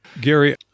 Gary